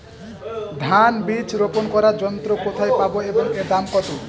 ধান বীজ রোপন করার যন্ত্র কোথায় পাব এবং এর দাম কত?